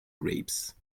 grapes